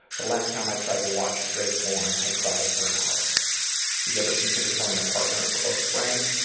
the last time i tried to watch straight porn, i cried for an hour. would you ever consider telling a partner or close friend?